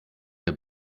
der